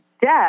death